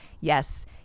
Yes